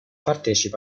partecipa